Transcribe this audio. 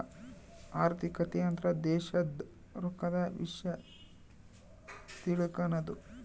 ಆರ್ಥಿಕತೆ ಅಂದ್ರ ದೇಶದ್ ರೊಕ್ಕದ ವಿಷ್ಯ ತಿಳಕನದು